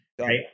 right